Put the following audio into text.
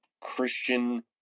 Christian